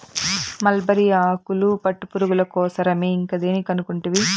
mulberry ఆకులు పట్టుపురుగుల కోసరమే ఇంకా దేని కనుకుంటివి